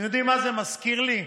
אתם יודעים מה זה מזכיר לי?